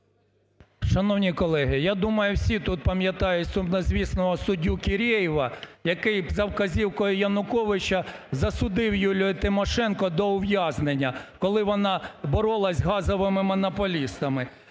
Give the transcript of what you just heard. Шановні колеги, я думаю, всі тут пам'ятають сумнозвісного суддю Кірєєва, який за вказівкою Януковича засудив Юлію Тимошенко до ув'язнення, коли вона боролася з газовими монополістами.